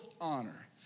honor